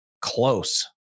close